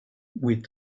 with